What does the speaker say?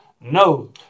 No